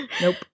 Nope